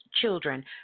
children